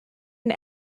and